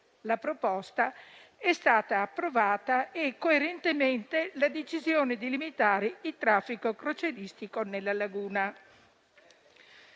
La proposta è stata approvata e, coerentemente, è stata presa la decisione di limitare il traffico crocieristico nella laguna.